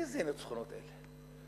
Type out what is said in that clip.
איזה ניצחונות אלה?